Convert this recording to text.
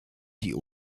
die